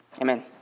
Amen